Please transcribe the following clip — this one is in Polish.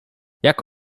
jak